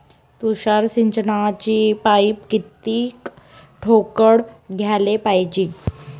तुषार सिंचनाचे पाइप किती ठोकळ घ्याले पायजे?